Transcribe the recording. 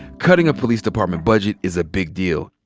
cutting a police department budget is a big deal.